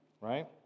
right